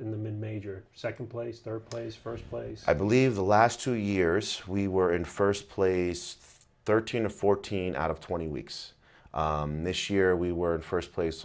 in the major second place their place first place i believe the last two years we were in first place thirteen of fourteen out of twenty weeks this year we were in first place